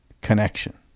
connection